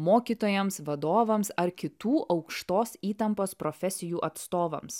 mokytojams vadovams ar kitų aukštos įtampos profesijų atstovams